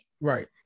Right